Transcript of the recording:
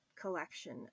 collection